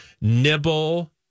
nibble